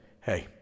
hey